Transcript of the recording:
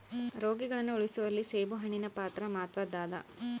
ರೋಗಿಗಳನ್ನು ಉಳಿಸುವಲ್ಲಿ ಸೇಬುಹಣ್ಣಿನ ಪಾತ್ರ ಮಾತ್ವದ್ದಾದ